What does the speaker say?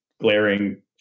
glaring